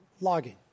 logging